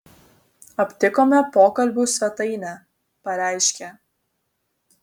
aptikome pokalbių svetainę pareiškė